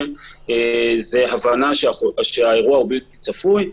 הוא הבנה שהאירוע הוא בלתי צפוי.